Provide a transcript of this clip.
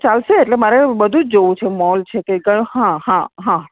ચાલશે એટલે મારે બધું જ જોવું છે મોલ છેકે કયો હા હા હા